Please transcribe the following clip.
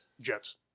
Jets